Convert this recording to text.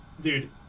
Dude